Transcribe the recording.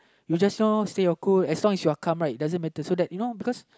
you just know stay your cool as long as you are calm right doesn't matter so that you know because